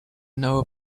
know